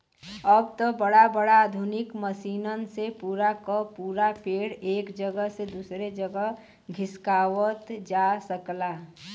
अब त बड़ा बड़ा आधुनिक मसीनन से पूरा क पूरा पेड़ एक जगह से दूसर जगह खिसकावत जा सकला